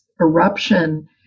eruption